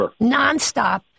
nonstop